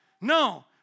No